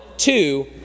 two